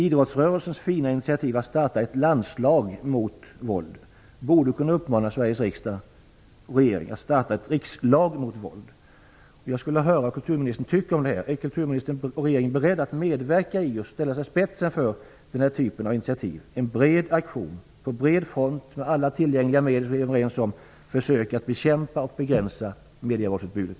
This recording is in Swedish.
Idrottsrörelsens fina initiativ att starta ett landslag mot våldet borde kunna uppmana Sveriges riksdag och regeringen att starta ett rikslag mot våldet. Jag skulle vilja höra vad kulturministern tycker om det. Är alltså kulturministern och regeringen beredda att medverka till och ställa sig i spetsen för denna typ av initiativ - att, med en bred aktion på bred front med alla tillgängliga medel som vi är överens om, försöka att bekämpa och begränsa medievåldsutbudet?